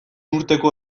urteko